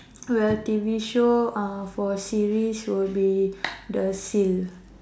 well T_V show uh for series will be the seal